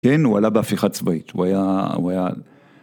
כן, הוא עלה בהפיכה צבאית, הוא היה הוא היה...